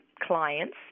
clients